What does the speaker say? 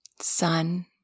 sun